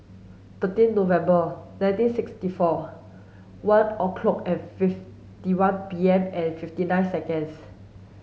thirteen November nineteen sixty four one o'clock and fifty one P M and fifty nine seconds